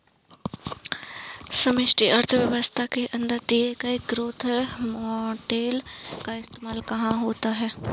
समष्टि अर्थशास्त्र के अंदर दिए गए ग्रोथ मॉडेल का इस्तेमाल कहाँ होता है?